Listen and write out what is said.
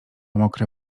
mokre